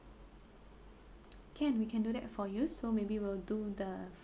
can we can do that for you so maybe we'll do the